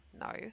no